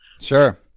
Sure